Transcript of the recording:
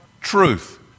truth